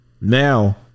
Now